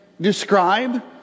describe